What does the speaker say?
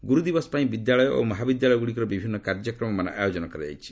ଗୁରୁଦିବସ ପାଇଁ ବିଦ୍ୟାଳୟ ଓ ମହାବିଦ୍ୟାଳୟଗୁଡ଼ିକରେ ବିଭିନ୍ନ କାର୍ଯ୍ୟକ୍ରମମାନ ଆୟୋଜନ କରାଯାଇଛି